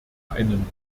einen